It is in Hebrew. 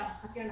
להערכתי,